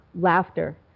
laughter